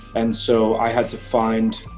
and so, i had to find